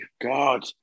god